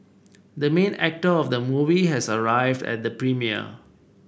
the main actor of the movie has arrived at the premiere